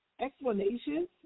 explanations